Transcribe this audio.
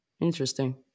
Interesting